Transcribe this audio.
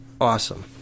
awesome